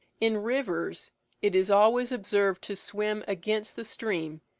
in rivers it is always observed to swim against the stream,